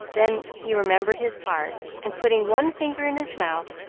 then he remembered his part, and, putting one finger in his mouth,